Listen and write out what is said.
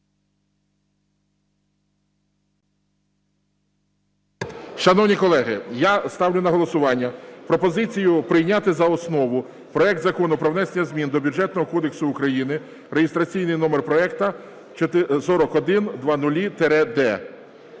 Шановні колеги, я ставлю на голосування пропозицію прийняти за основу проект Закону про внесення змін до Бюджетного кодексу України (реєстраційний номер проекту 4100-д).